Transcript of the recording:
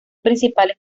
principales